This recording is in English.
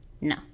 No